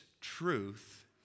truth